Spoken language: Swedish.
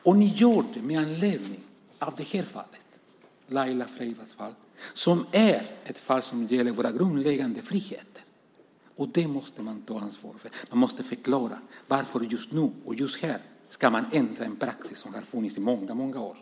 Det gör ni med anledning av Laila Freivalds-fallet - ett fall som gäller våra grundläggande friheter. Det måste man ta ansvar för. Man måste förklara varför en praxis som har funnits i väldigt många år just nu och just här ska ändras.